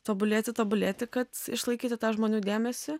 tobulėti tobulėti kad išlaikyti tą žmonių dėmesį